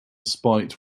spite